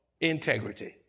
integrity